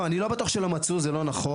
לא אני לא בטוח שלא מצאו זה לא נכון.